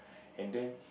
and then